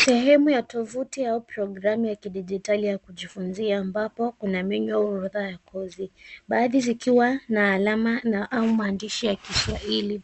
Sehemu ya tovuti ama programu ya kidijitali ya kujifunzia ambapo kuna orodha ya kodi. Baadhi zikiwa na alama au maandishi ya Kiswahili.